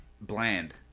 bland